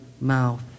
mouth